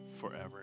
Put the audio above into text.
forever